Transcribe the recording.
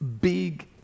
big